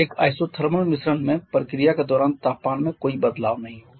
एक आइसोथर्मल मिश्रण में प्रक्रिया के दौरान तापमान में कोई बदलाव नहीं होगा